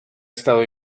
estado